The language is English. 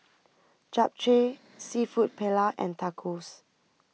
Japchae Seafood Paella and Tacos